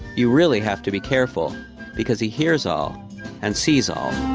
you really have to be careful because he hears all and sees all.